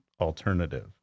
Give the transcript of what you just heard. alternative